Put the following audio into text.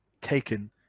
taken